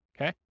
Okay